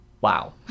Wow